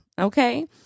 Okay